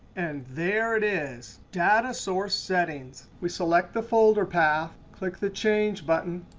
and there it is. data source settings. we select the folder path, click the change button,